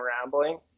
rambling